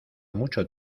mucho